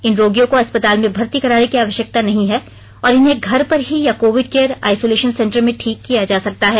इन रोगियों को अस्पताल में भर्ती कराने की आवश्यकता नहीं है और इन्हें घर पर ही या कोविड केयर आइसोलेशन सेंटर में ठीक किया जा सकता है